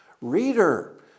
Reader